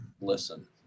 listen